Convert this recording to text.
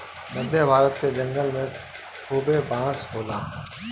मध्य भारत के जंगल में खूबे बांस होला